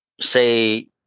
say